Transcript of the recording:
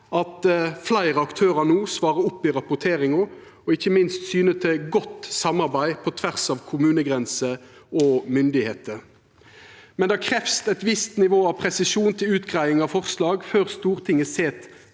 at fleire aktørar no svarar opp i rapporteringa og ikkje minst syner til godt samarbeid på tvers av kommunegrenser og myndigheiter. Men det krevst eit visst nivå av presisjon til utgreiing av forslag før Stortinget set